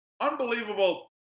Unbelievable